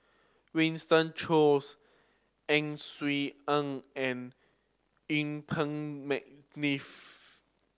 Winston Choos Ang Swee Aun and Yuen Peng McNeice